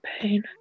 pain